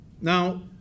Now